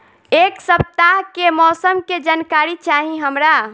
एक सपताह के मौसम के जनाकरी चाही हमरा